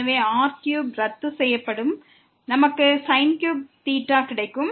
எனவே r cube ரத்து செய்யப்படும் நமக்கு கிடைக்கும்